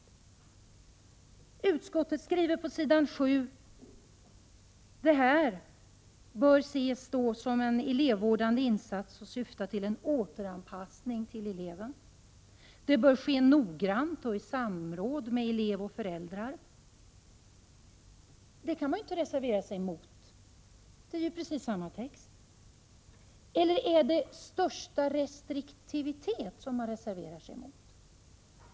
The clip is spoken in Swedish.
7i betänkandet skriver utskottet att detta bör ses som en elevvårdande insats och syfta till en återanpassning av eleven. Det bör ske noggrant och i samråd med elev och föräldrar. Det kan man ju inte reservera sig emot. Det är precis samma text. Är det största restriktivitet man reserverar sig mot?